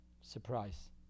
Surprise